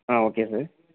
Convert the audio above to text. ah okay sir